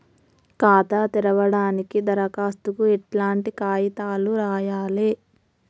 ఖాతా తెరవడానికి దరఖాస్తుకు ఎట్లాంటి కాయితాలు రాయాలే?